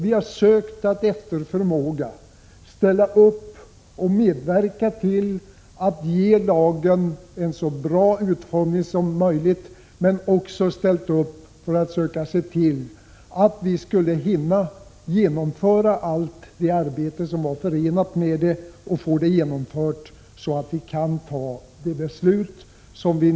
Vi har efter bästa förmåga försökt ställa upp för att medverka till att ge lagen en så bra utformning som möjligt men också för att se till att allt det arbete som varit förenat med lagförslaget skulle kunna genomföras, så att förslaget kunde föreläggas riksdagen i dag och vi nu kan — Prot. 1986/87:36 fatta beslut om det.